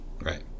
Right